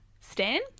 Stan